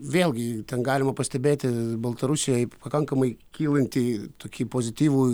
vėlgi ten galima pastebėti baltarusijoj pakankamai kylantį tokį pozityvų